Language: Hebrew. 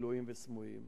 גלויים וסמויים.